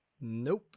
nope